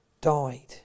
died